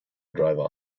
driver